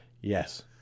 Yes